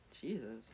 jesus